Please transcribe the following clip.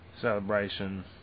celebration